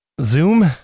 Zoom